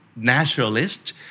naturalist